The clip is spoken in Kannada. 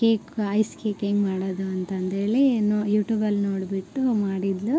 ಕೇಕ್ ಐಸ್ ಕೇಕ್ ಹೇಗ್ ಮಾಡೋದು ಅಂತಂದೇಳೀ ನೊ ಯೂಟೂಬಲ್ಲಿ ನೋಡಿಬಿಟ್ಟು ಮಾಡಿದ್ದಳು